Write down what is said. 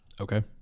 Okay